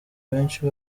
benshi